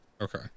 Okay